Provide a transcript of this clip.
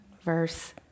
verse